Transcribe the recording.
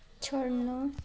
छोड्नु